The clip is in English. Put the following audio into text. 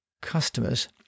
customers